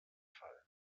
fall